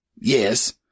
Yes